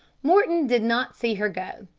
mordon did not see her go.